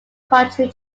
country